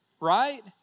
right